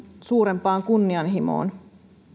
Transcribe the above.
suurempaan kunnianhimoon